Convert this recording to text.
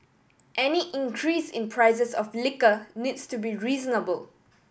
any increase in prices of liquor needs to be reasonable